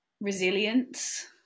resilience